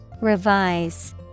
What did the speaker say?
Revise